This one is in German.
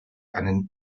einen